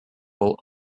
will